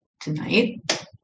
tonight